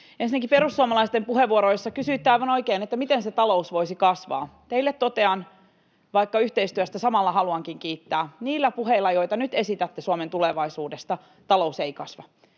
Ensinnäkin perussuomalaisten puheenvuoroissa kysyitte aivan oikein, että miten se talous voisi kasvaa. Teille totean — vaikka yhteistyöstä samalla haluankin kiittää — että niillä puheilla, joita nyt esitätte Suomen tulevaisuudesta, talous ei kasva.